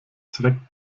zweck